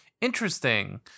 Interesting